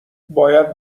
باید